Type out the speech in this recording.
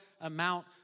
amount